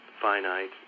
finite